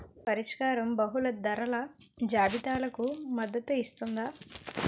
పరిష్కారం బహుళ ధరల జాబితాలకు మద్దతు ఇస్తుందా?